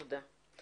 תודה.